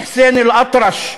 חוסיין אלאטרש,